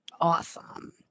Awesome